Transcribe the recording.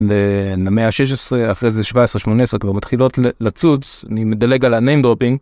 ולמאה ה-16 אחרי זה 17-18 כבר מתחילות לצוץ, אני מדלג על הניים-דרופינג.